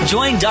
Join